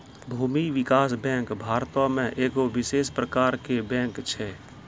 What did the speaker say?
भूमि विकास बैंक भारतो मे एगो विशेष प्रकारो के बैंक छै